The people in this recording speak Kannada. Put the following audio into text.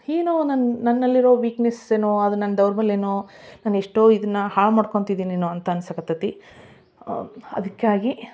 ಏನೋ ನನ್ನ ನನ್ನಲ್ಲಿರೋ ವೀಕ್ನೆಸ್ ಏನೋ ಅದು ನನ್ನ ದೌರ್ಬಲ್ಯನೋ ನಾನು ಎಷ್ಟೋ ಇದನ್ನ ಹಾಳು ಮಾಡ್ಕೊಳ್ತಿದ್ದೀನಿ ಏನೋ ಅಂತ ಅನ್ಸಕ್ಕೆ ಹತ್ತೈತಿ ಅದಕ್ಕಾಗಿ